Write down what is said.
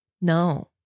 no